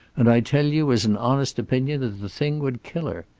and i tell you as an honest opinion that the thing would kill her.